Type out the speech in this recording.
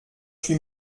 huit